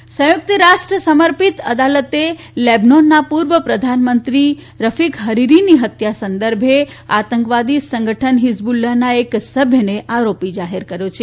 Lebanon હત્યા સંયુક્ત રાષ્ટ્ર સમર્પિત અદાલતે લેબનોનના પૂર્વ પ્રધાનમંત્રી રફીક ફરીરીની હત્યા સંદર્ભે આતંકવાદી સંગઠન હિઝબુલ્લાના એક સભ્યને આરોપી જાહેર કર્યો છે